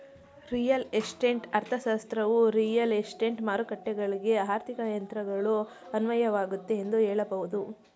real estate ಅರ್ಥಶಾಸ್ತ್ರವು real estate ಮಾರುಕಟ್ಟೆಗಳ್ಗೆ ಆರ್ಥಿಕ ತಂತ್ರಗಳು ಅನ್ವಯವಾಗುತ್ತೆ ಎಂದು ಹೇಳಬಹುದು